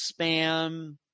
spam